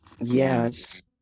Yes